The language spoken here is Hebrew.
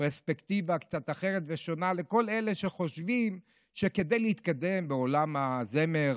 פרספקטיבה קצת אחרת ושונה לכל אלה שחושבים שכדי להתקדם בעולם הזמר,